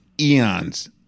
eons